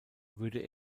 würde